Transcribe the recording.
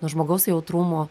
nuo žmogaus jautrumo